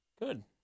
Good